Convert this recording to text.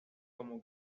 como